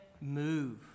move